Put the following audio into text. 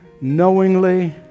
knowingly